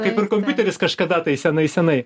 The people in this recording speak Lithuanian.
kaip ir kompiuteris kažkada tai senai senai